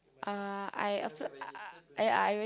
uh I applied uh yeah I